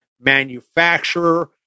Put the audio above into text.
manufacturer